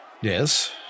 Yes